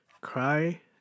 cry